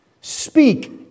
Speak